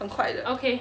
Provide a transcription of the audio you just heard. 很快的